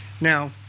Now